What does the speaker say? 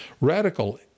Radical